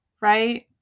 Right